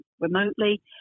remotely